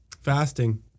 Fasting